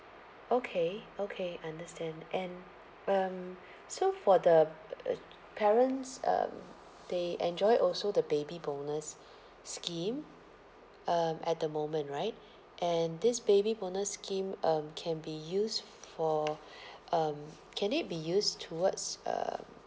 okay okay understand and um so for the ugh parents um they enjoy also the baby bonus scheme um at the moment right and this baby bonus scheme um can be used for um can it be used towards um